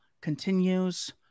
continues